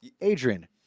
Adrian